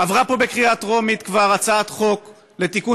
כבר עברה פה בקריאה טרומית הצעת חוק לתיקון